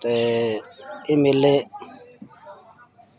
ते एह् मेले